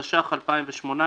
התשע"ח-2018,